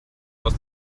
aus